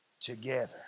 together